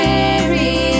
Mary